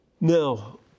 Now